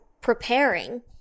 preparing